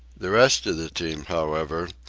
the rest of the team, however,